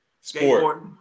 Sport